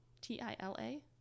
T-I-L-A